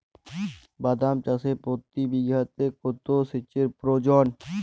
বাদাম চাষে প্রতি বিঘাতে কত সেচের প্রয়োজন?